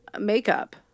makeup